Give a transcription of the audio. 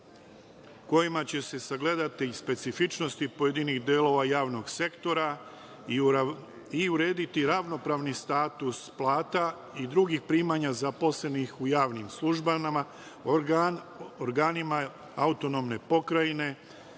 kojima će se sagledati specifičnosti pojedinih delova javnog sektora i urediti ravnopravni status plata i drugih primanja zaposlenih u javnim službama, organima AP, jedinice lokalne